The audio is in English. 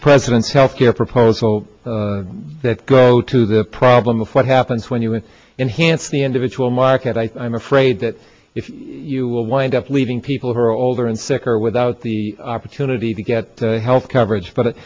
president's health care proposal that go to the problem of what happens when you an enhanced the individual market i'm afraid that if you will wind up leaving people who are older and sicker without the opportunity to get health coverage but